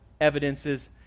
evidences